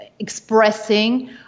expressing